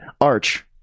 Arch